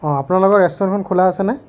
অঁ আপোনালোকৰ ৰেষ্টুৰেণ্টখন খোলা আছেনে